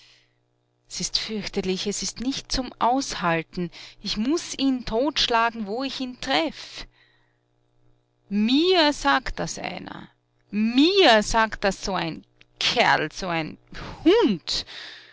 s ist fürchterlich es ist nicht zum aushalten ich muß ihn totschlagen wo ich ihn treff mir sagt das einer mir sagt das so ein kerl so ein hund